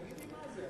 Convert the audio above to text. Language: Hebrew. תגידי מה זה.